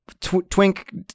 twink